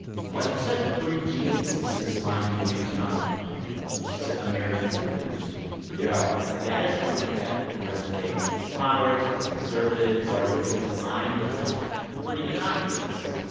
like you said, were pretty genius. this this line he used um he said, americans are dreamers, too yeah that is something that will resonate with moderates, with conservatives right it is a line that sounds pretty innocuous,